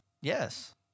Yes